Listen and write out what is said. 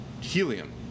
helium